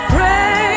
Pray